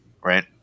right